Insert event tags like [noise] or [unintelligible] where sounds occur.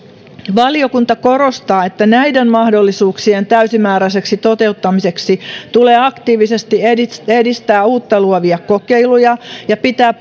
valiokunta korostaa että näiden mahdollisuuksien täysimääräiseksi toteuttamiseksi tulee aktiivisesti edistää edistää uutta luovia kokeiluja ja pitää [unintelligible]